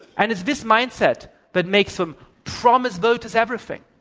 and it's this mindset that makes them promise voters everything,